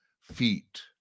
feet